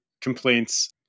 complaints